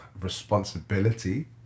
responsibility